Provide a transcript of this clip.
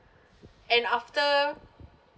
and after